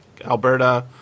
Alberta